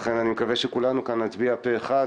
אני מקווה שכולנו נצביע פה-אחד